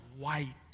white